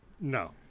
No